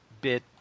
bit